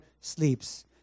sleeps